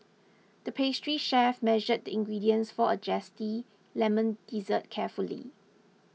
the pastry chef measured the ingredients for a Zesty Lemon Dessert carefully